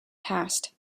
past